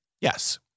Yes